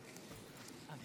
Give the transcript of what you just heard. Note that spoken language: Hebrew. דרמר.